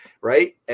Right